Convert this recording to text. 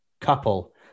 couple